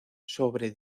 sobre